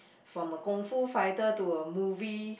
from a Kung-Fu fighter to a movie